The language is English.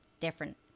different